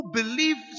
believe